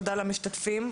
תודה למשתתפים.